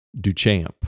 Duchamp